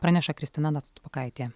praneša kristina nastopokaitė